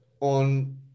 on